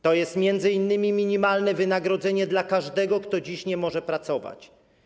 To jest m.in. minimalne wynagrodzenie dla każdego, kto dziś nie może pracować.